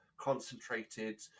concentrated